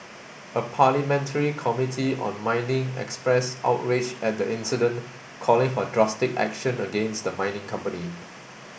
a parliamentary committee on mining expressed outrage at the incident calling for drastic action against the mining company